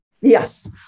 Yes